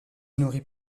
nourrit